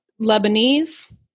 Lebanese